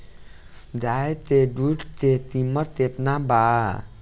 गाय के दूध के कीमत केतना बा?